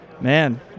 Man